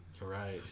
Right